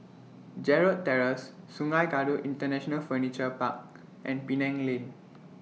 Gerald Terrace Sungei Kadut International Furniture Park and Penang Lane